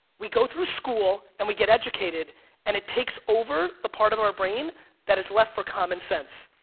we go through school and we get educated and it takes over the part of our brain that is left for common sense.